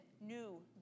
new